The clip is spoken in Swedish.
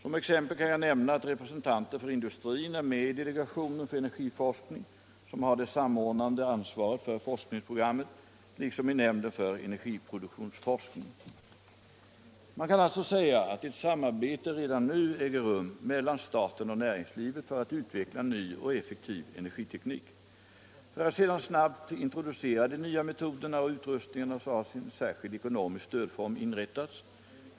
Som exempel kan jag nämna att representanter för industrin är med i delegationen för energiforskning — som har det samordnande ansvaret för forskningsprogrammet — liksom i nämnden för energiproduktionsforskning. Man kan alltså säga att ett samarbete redan nu äger rum mellan staten och näringslivet för att utveckla ny och effektiv energiteknik. För att sedan snabbt introducera de nya metoderna och utrustningarna har en särskild ekonomisk stödform inrättats.